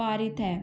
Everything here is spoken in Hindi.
पारित है